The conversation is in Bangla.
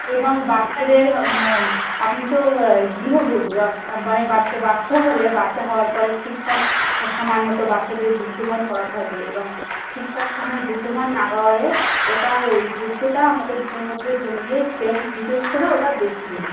এবাং বাচ্চাদের মা আপনি তো গৃহবধূ মানে বা বাচ্চা হলে বাচ্চা হওয়ার পরে ঠিকঠাক সমায় মতো বাচ্চাদের দুগ্ধপান করাতে হবে এবং ঠিকঠাক সময়ে দুগ্ধ পান না করালে ওটা ওই দুগ্ধটা আমাদের বুকের মধ্যে জমে গিয়ে সেল ডিফেক্ট করে ওটা ব্রেস্ট ক্যান্সার হয়